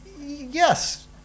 Yes